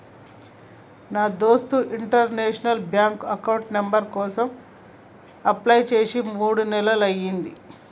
నా దోస్త్ international bank account number కోసం అప్లై చేసి మూడు నెలలయ్యింది